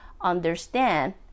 understand